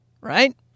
right